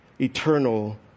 eternal